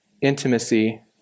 intimacy